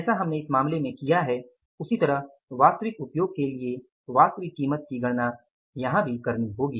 जैसे हमने इस मामले में किया है उसी तरह वास्तविक उपयोग के लिए वास्तविक कीमत की गणना यहाँ भी करनी होगी